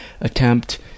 attempt